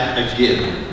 again